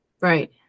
right